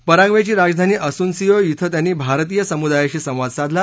पराय्वेची राजधानी असुन्सियों इथं त्यांनी भारतीय समुदायाशी संवाद साधला